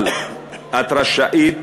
אבל את רשאית